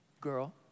girl